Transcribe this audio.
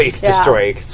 destroy